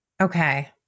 Okay